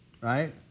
right